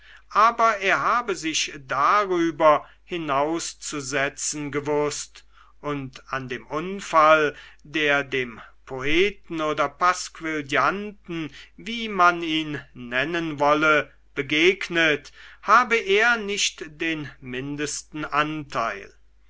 aber er habe sich darüber hinauszusetzen gewußt und an dem unfall der dem poeten oder pasquillanten wie man ihn nennen wolle begegnet habe er nicht den mindesten anteil